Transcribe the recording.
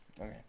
Okay